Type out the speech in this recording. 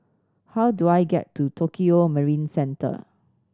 how do I get to Tokio Marine Centre